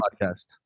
podcast